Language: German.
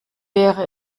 wäre